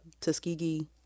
Tuskegee